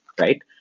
right